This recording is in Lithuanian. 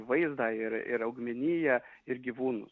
vaizdą ir ir augmeniją ir gyvūnus